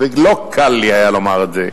ולא קל היה לי לומר את זה,